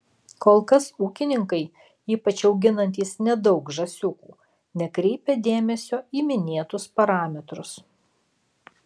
kol kas ūkininkai ypač auginantys nedaug žąsiukų nekreipia dėmesio į minėtus parametrus